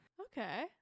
Okay